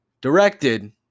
Directed